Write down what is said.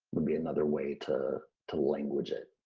would be another way to to language it.